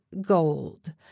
gold